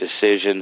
decisions